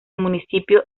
municipio